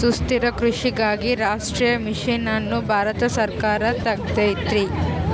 ಸುಸ್ಥಿರ ಕೃಷಿಗಾಗಿ ರಾಷ್ಟ್ರೀಯ ಮಿಷನ್ ಅನ್ನು ಭಾರತ ಸರ್ಕಾರ ತೆಗ್ದೈತೀ